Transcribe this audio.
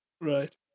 Right